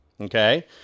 okay